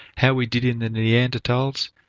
how we did in the neanderthals,